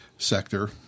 sector